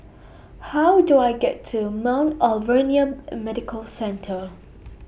How Do I get to Mount Alvernia Medical Centre